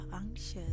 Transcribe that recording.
anxious